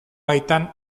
baitan